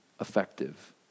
effective